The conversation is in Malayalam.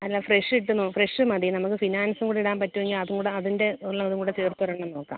അല്ല ഫ്രഷ് ഇട്ട് നോ ഫ്രഷ് മതി നമുക്ക് ഫിനാൻസും കൂടെ ഇടാൻ പറ്റുമെങ്കിൽ അതും കൂടെ അതിന്റെ ഉള്ളതും കൂടെ ചേർത്ത് ഒരെണ്ണം നോക്കാം